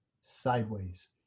sideways